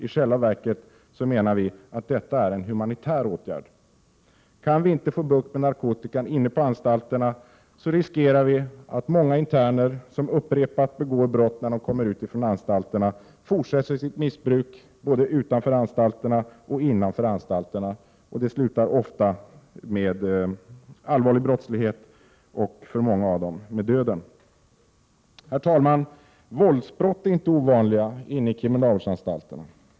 I själva verket menar vi att det är fråga om en humanitär inriktning. Kan vi inte få bukt med narkotikabrotten på anstalterna, riskerar vi att många interner som upprepat begår brott när de kommer ut från anstalterna fortsätter sitt missbruk både utanför och innanför dessa. Det slutar ofta med allvarlig brottslighet och för många av dem med döden. Herr talman! Våldsbrott är inte ovanliga inne i kriminalvårdsanstalterna.